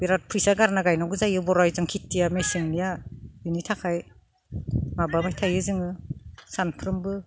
बिराद फैसा गारना गायनांगौ जायो बर' आइजों खिथिया मेसेंनिया बिनि थाखाय माबाबाय थायो जोङो सानफ्रोमबो